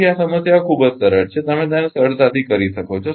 તેથી આ સમસ્યાઓ ખૂબ જ સરળ છે તમે તેને સરળતાથી કરી શકો છો